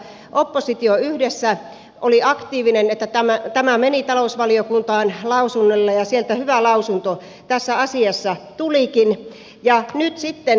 oppositio yhdessä oli aktiivinen niin että tämä meni talousvaliokuntaan lausunnolle ja sieltä hyvä lausunto tässä asiassa tulikin